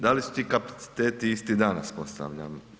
Da li su ti kapaciteti isti danas postavljam?